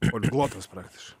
poliglotas praktiškai